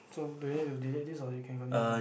so do you need to delete this or you can continue from